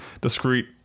discrete